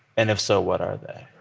and if so, what are they?